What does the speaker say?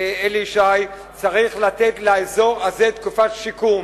אלי ישי: צריך לתת לאזור הזה תקופה של שיקום.